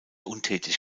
untätig